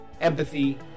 empathy